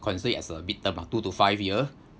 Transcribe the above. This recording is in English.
consider it as a mid term ah two to five year